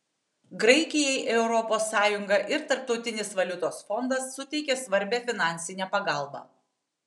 graikijai europos sąjunga ir tarptautinis valiutos fondas suteikė svarbią finansinę pagalbą